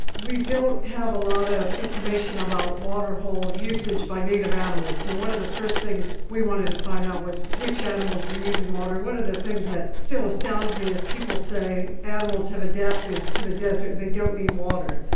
we don't have a lot of information about waterhole usage by native animals, so one of the first things we wanted to find out was which animals were using water. one of the things that still astounds me is people say animals have adapted to the desert and they don't need water.